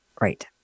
Right